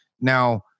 now